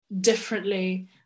differently